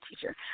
teacher